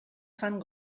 fan